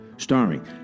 Starring